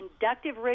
inductive